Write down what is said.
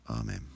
Amen